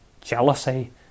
jealousy